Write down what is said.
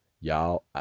y'all